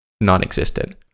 non-existent